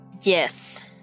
Yes